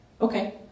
okay